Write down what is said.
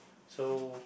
so